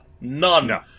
None